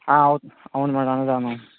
ఓ అవును అవును మేడమ్